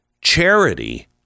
Charity